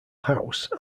house